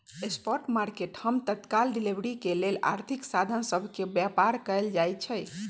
spot market हम तत्काल delivery के लेल आर्थिक साधन सभ के व्यापार कयल जाइ छइ